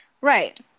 right